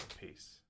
Peace